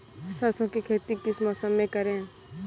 सरसों की खेती किस मौसम में करें?